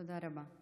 תודה רבה.